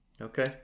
Okay